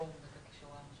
יש היגיון.